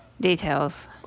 details